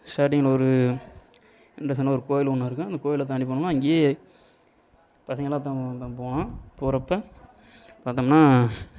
ஸ்டார்டிங்கில் ஒரு இன்ட்ரெஸ்டான ஒரு கோவில் ஒன்று இருக்கும் அந்த கோவில தாண்டி போனோம்னா அங்கேயே பசங்கெல்லாம் ஒருத்தவர் ஒருத்தவங்கலாம் தான் போனோம் போகிறப்ப பாத்தோம்னா